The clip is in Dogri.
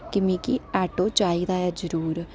कि मिगी आटो चाहिदा ऐ जरूर